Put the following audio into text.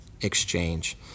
exchange